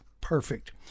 perfect